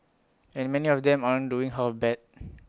and many of them aren't doing half bad